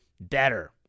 better